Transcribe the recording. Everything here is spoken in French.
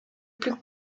plus